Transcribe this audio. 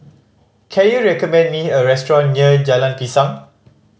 can you recommend me a restaurant near Jalan Pisang